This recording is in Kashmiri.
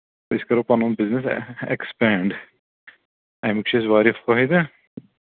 أسۍ کَرو پَنُن بِزنِس اٮ۪کٕسپٮ۪نٛڈ اَمِکۍ چھِ اَسہِ واریاہ فٲہدٕ